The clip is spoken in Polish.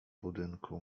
budynku